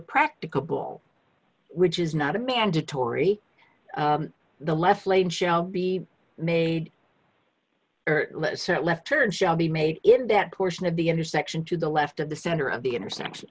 practicable which is not a mandatory the left lane show be made left turn shall be made in that portion of the intersection to the left of the center of the intersection